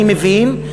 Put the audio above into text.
אני מבין,